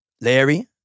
Larry